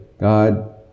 God